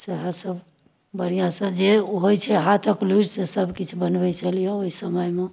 सएह सब जे बढ़िआँसँ जे होइ छै हाथक लुड़ि से सब किछु बनबै छलियै हँ ओइ समयमे